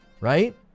right